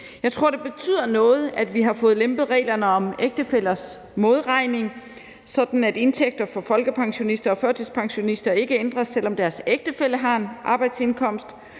jeg tror, det betyder noget, at vi har fået lempet reglerne om ægtefællers modregning, sådan at indtægter for folkepensionister og førtidspensionister ikke ændres, selv om deres ægtefælle har en arbejdsindkomst,